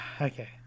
okay